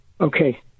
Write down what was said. Okay